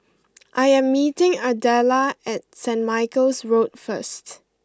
I am meeting Ardella at St Michael's Road first